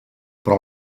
però